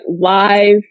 live